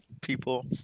people